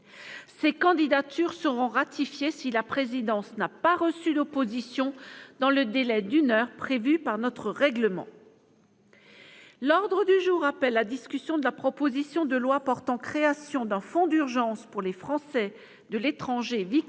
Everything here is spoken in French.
Ces candidatures seront ratifiées si la présidence n'a pas reçu d'opposition dans le délai d'une heure prévu par notre règlement. L'ordre du jour appelle la discussion, à la demande du groupe Les Républicains, de la proposition de loi portant création d'un fonds d'urgence pour les Français de l'étranger victimes